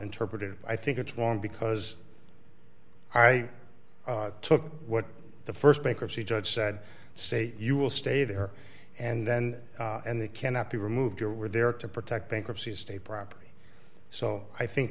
interpret it i think it's wrong because i took what the st bankruptcy judge said say you will stay there and then and they cannot be removed or were there to protect bankruptcy estate property so i think